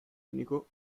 unico